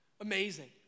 Amazing